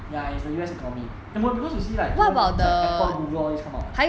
ya it's the U_S economy but U_S you see like 都放在 apple google all these come out